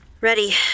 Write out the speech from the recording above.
Ready